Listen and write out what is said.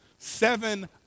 seven